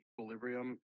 equilibrium